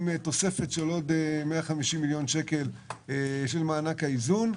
עם תוספת של עוד 150 מיליון שקלים של מענק האיזון.